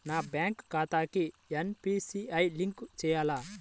నా బ్యాంక్ ఖాతాకి NPCI link చేయాలా?